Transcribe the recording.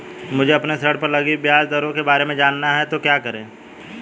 मुझे अपने ऋण पर लगी ब्याज दरों के बारे में जानना है तो क्या करें?